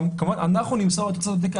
אנחנו נמסור את תוצאות הבדיקה.